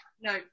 No